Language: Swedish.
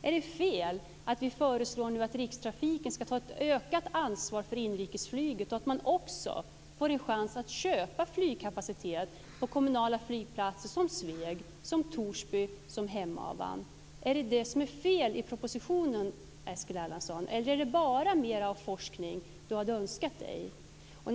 Är det fel att vi föreslår att Rikstrafiken ska ta ett ökat ansvar för inrikesflyget och att man också får en chans att köpa flygkapacitet på kommunala flygplatser som Sveg, Torsby och Hemavan? Är det det som är fel i propositionen, Eskil Erlandsson? Eller är det bara mera av forskning som ni hade önskat er?